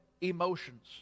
emotions